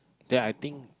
then I think